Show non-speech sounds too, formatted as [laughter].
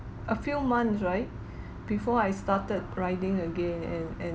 a few months right [breath] before I started riding again and and